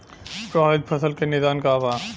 प्रभावित फसल के निदान का बा?